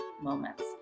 moments